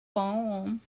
form